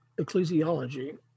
ecclesiology